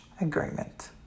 agreement